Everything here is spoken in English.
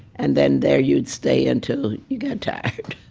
and then there you'd stay until you got tired